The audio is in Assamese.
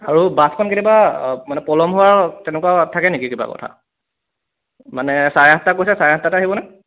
আৰু বাছখন কেতিয়াবা মানে পলম হোৱা তেনেকুৱা থাকে নেকি কিবা কথা মানে চাৰে আঠটা কৈছে চাৰে আঠটাতেই আহিবনে